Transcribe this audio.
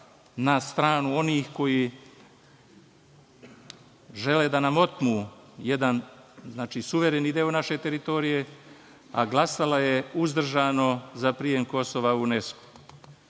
na stranu onih koji žele da nam otmu jedna suvereni deo naše teritorije, a glasala je uzdržano za prijem Kosova u UNESKO.I,